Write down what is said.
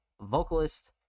vocalist